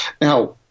Now